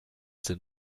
den